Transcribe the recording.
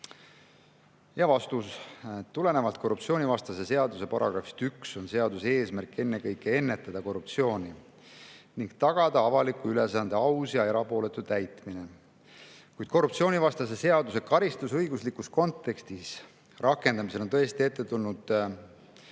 Vastus. Tulenevalt korruptsioonivastase seaduse §‑st 1 on seaduse eesmärk ennekõike ennetada korruptsiooni ning tagada avaliku ülesande aus ja erapooletu täitmine. Kuid korruptsioonivastase seaduse karistusõiguslikus kontekstis rakendamisel on tõesti ette tulnud mõningaid